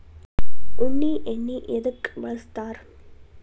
ಉಣ್ಣಿ ಎಣ್ಣಿ ಎದ್ಕ ಬಳಸ್ತಾರ್?